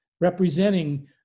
representing